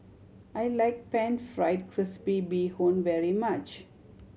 I like Pan Fried Crispy Bee Hoon very much